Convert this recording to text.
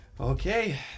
Okay